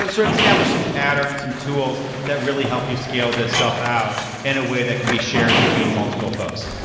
ah sort of establish some pattern, some tools that really help you scale this stuff out in a way that can be shared between multiple folks.